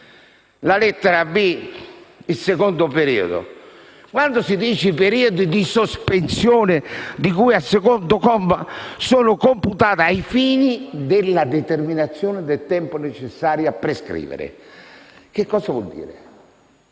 8, lettera *b)*, secondo periodo, quando si dice: «I periodi di sospensione di cui al secondo comma sono computati ai fini della determinazione del tempo necessario a prescrivere». Sono le